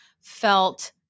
felt